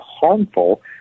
harmful